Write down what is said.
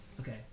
Okay